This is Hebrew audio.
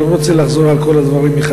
ואני לא רוצה לחזור על כל הדברים,